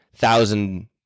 thousand